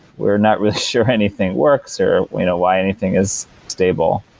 we're not really sure anything works or why anything is stable.